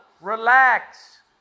Relax